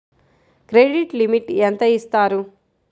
Credit limit ఎంత ఇస్తారు?